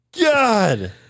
God